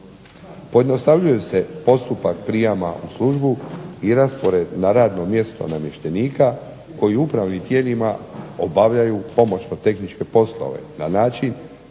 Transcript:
Pojednostavljuje se postupak prijama u službu i raspored na radno mjesto namještenika koji u upravnim tijelima obavljaju pomoćno-tehničke poslove na način